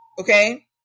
okay